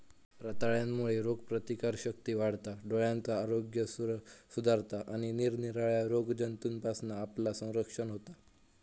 रताळ्यांमुळे रोगप्रतिकारशक्ती वाढता, डोळ्यांचा आरोग्य सुधारता आणि निरनिराळ्या रोगजंतूंपासना आपला संरक्षण होता